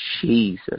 Jesus